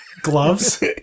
Gloves